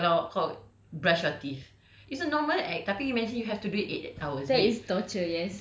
so imagine kalau kau brush your teeth it's a normal act tapi imagine you have to do it eight hours